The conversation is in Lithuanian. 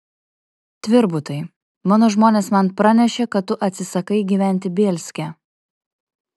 tvirbutai mano žmonės man pranešė kad tu atsisakai gyventi bielske